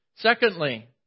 Secondly